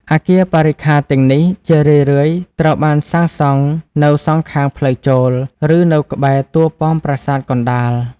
អគារបរិក្ខារទាំងនេះជារឿយៗត្រូវបានសាងសង់នៅ សងខាងផ្លូវចូល ឬនៅក្បែរតួប៉មប្រាសាទកណ្តាល។